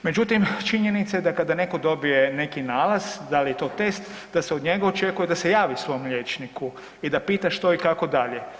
Međutim, činjenica je da kada neko dobije neki nalaz da li je to test da se od njega očekuje da se javi svom liječniku i da pita što i kako dalje.